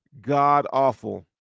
god-awful